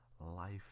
life